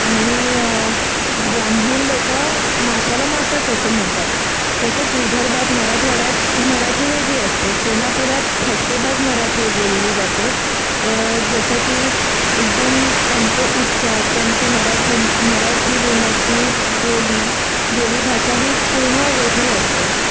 आणि ब्राह्मण लोकं माशाला मासाच असे म्हणतात तसंच विदर्भात मराठवाड्यात मराठी वेगळी असते कोल्हापुरात ठसकेबाज मराठी बोलली जाते जसं की एकदम त्यांचे उच्चार त्यांची मराठ्यां मराठी बोलण्याची बोली बोली भाषा ही पूर्ण वेगळी असते